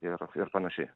ir ir panašiai